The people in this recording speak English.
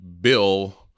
Bill